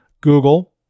Google